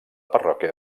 parròquia